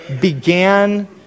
began